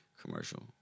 Commercial